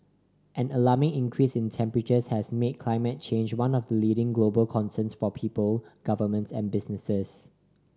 an alarming increase in temperatures has made climate change one of the leading global concerns for people governments and businesses